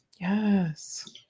Yes